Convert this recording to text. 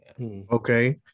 okay